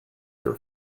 your